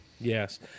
Yes